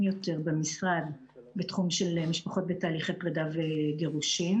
יותר במשרד בתחום של משפחות בתהליכי פרידה וגירושין.